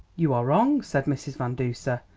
you are wrong, said mrs. van duser,